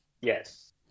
Yes